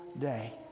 day